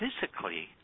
physically